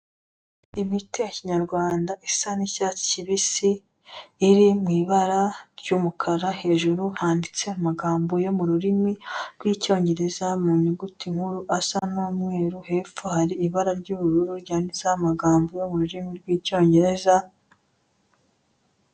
Imiti ya kinyarwanda isa n'icyatsi kibisi, iri mu ibara ry'umukara, hejuru handitse amagambo yo mu rurimi rw'icyongereza mu nyuguti nkuru asamo umweru, hepfo hari ibara ry'ubururu ryanditsemo amagambo yo mu rurimi rw'icyongereza...